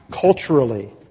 culturally